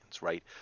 right